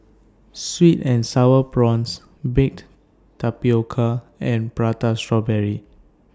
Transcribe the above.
Sweet and Sour Prawns Baked Tapioca and Prata Strawberry